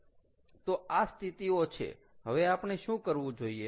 તો આ સ્થિતિઓ છે હવે આપણે શું કરવું જોઈએ